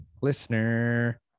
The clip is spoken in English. Listener